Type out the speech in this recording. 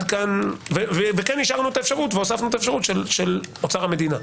כן השארנו את האפשרות והוספנו את האפשרות של אוצר המדינה.